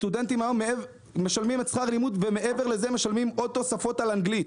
סטודנטים היום משלמים שכר לימוד ומעבר לזה משלמים עוד תוספות על אנגלית.